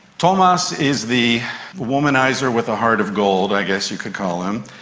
tomas is the womaniser with a heart of gold, i guess you could call him,